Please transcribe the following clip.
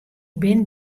bin